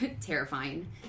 terrifying